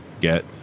get